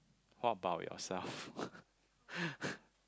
what about yourself